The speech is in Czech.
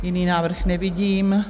Jiný návrh nevidím.